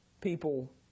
people